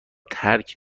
ترک